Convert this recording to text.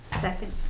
Second